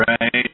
right